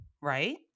right